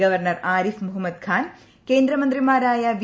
governor Arif Mohammad Khan കേന്ദ്രമന്ത്രിമാരായ V